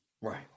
Right